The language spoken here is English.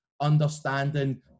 understanding